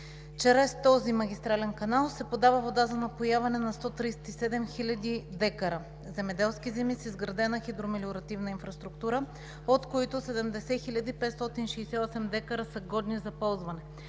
Чрез този магистрален канал се подава вода за напояване на 137 хил. декара земеделски земи с изградена хидромелиоративна инфраструктура, от които 70 568 декара са годни за ползване.